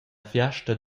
fiasta